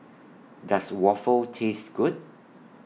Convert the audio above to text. Does Waffle Taste Good